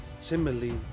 Similarly